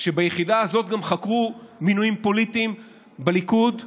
ביחידה הזאת גם חקרו מינויים פוליטיים בליכוד בזמנו,